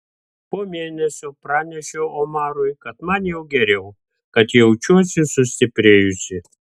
po mėnesio pranešiau omarui kad man jau geriau kad jaučiuosi sustiprėjusi